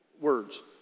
words